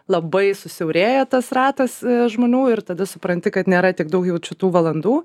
labai susiaurėja tas ratas žmonių ir tada supranti kad nėra tiek daugiau jau čia tų valandų